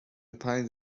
پنج